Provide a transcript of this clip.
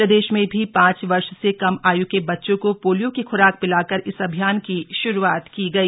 प्रदेश में भी पांच वर्ष से कम आयु के बच्चों को पोलियो की खुराक पिलाकर इस अभियान की शुरूआत की गयी